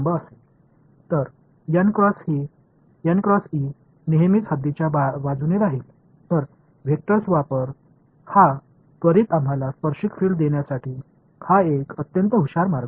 உங்களுக்குத் தெரிந்ததை நீங்கள் காண்பீர்கள் ஆனால் அதை வெக்டர் களின் மொழியைப் பயன்படுத்தி மிகவும் அதிநவீன முறையில் எழுதலாம்